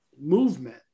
movement